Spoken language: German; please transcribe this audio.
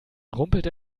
rumpelte